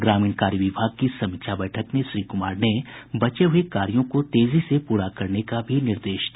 ग्रामीण कार्य विभाग की समीक्षा बैठक में श्री कुमार ने बचे हुए कार्यों को तेजी से पूरा करने का भी निर्देश दिया